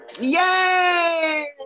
Yay